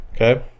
okay